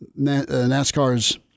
NASCAR's